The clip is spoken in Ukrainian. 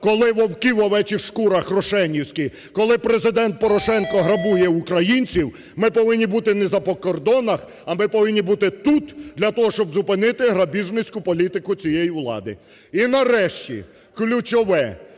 коли вовки в овечих шкурах рошенівські, коли Президент Порошенко грабує українців, ми повинні бути не по закордонах, а ми повинні бути тут для того, щоб зупинити грабіжницьку політику цієї влади. І нарешті, ключове,